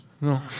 No